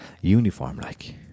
uniform-like